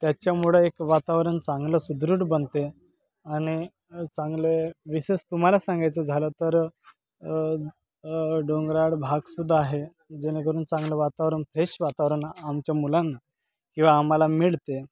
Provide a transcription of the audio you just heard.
त्याच्यामुळं एक वातावरण चांगलं सुदृढ बनते आणि चांगले विशेष तुम्हाला सांगायचं झालं तर डोंगराळ भागसुद्धा आहे जेणेकरून चांगलं वातावरण फ्रेश वातावरण आमच्या मुलांना किंवा आम्हाला मिळते